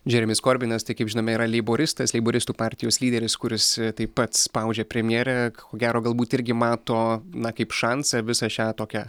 džeremis korbinas tai kaip žinome yra leiboristas leiboristų partijos lyderis kuris taip pat spaudžia premjerę ko gero galbūt irgi mato na kaip šansą visą šią tokią